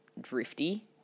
drifty